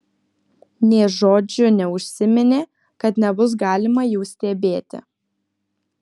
nė žodžiu neužsiminė kad nebus galima jų stebėti